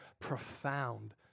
profound